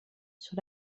sur